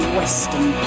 western